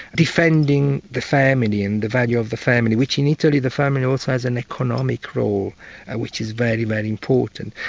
defending the family and the value of the family, which in italy the family also has an economic role which is very, very important.